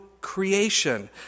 creation